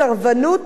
הסרבנות